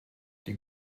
die